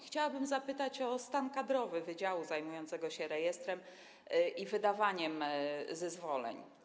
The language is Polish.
Chciałabym zapytać o stan kadrowy wydziału zajmującego się rejestrowaniem i wydawaniem zezwoleń.